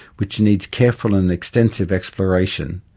which needs careful and extensive exploration,